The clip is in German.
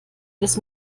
des